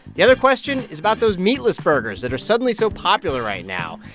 the other question is about those meatless burgers that are suddenly so popular right now.